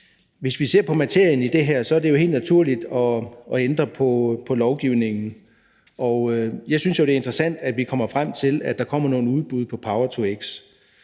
Hvis vi ser på materien i det her, er det jo helt naturligt at ændre på lovgivningen. Og jeg synes, det er interessant, at vi kommer frem til, at der kommer nogle udbud på power-to-x.